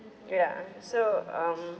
ya so um